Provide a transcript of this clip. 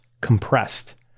Compressed